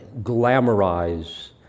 glamorize